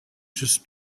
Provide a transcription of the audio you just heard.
just